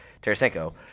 Tarasenko